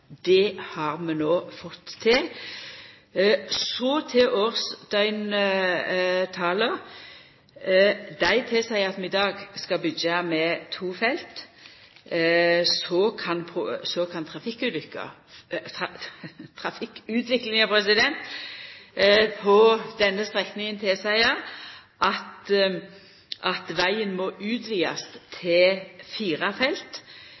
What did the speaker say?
Det har vi no fått til. Så til årsdøgntala, som tilseier at vi i dag skal byggja med to felt. Så kan trafikkutviklinga på denne strekninga tilseia at vegen må utvidast til fire felt